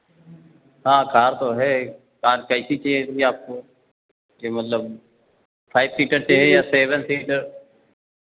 हाँ कार तो है कार कैसी चाहिए थी आपको कि मतलब फ़ाइव सीटर चाहिए या सेवेन सीटर